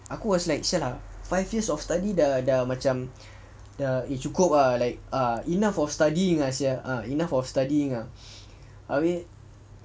aku was like !siala! five years of study dah dah macam dah cukup ah like ah enough of studying ah sia ah enough of studying ah I mean